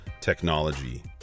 technology